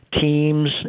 teams